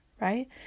right